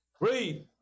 Read